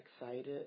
excited